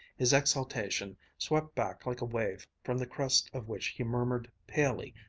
his exaltation swept back like a wave, from the crest of which he murmured palely,